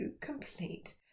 complete